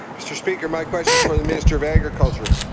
mr. speaker, my question is for the minister of agriculture.